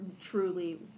truly